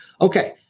okay